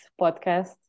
podcast